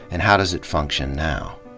and how does it function now?